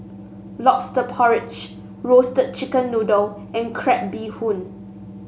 lobster porridge Roasted Chicken Noodle and Crab Bee Hoon